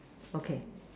okay